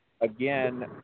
again